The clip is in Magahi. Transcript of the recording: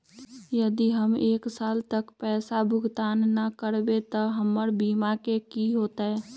यदि हम एक साल तक पैसा भुगतान न कवै त हमर बीमा के की होतै?